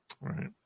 Right